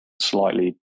slightly